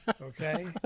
okay